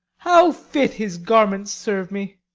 how fit his garments serve me!